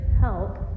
help